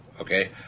okay